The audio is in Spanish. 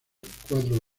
cuatro